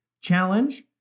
challenge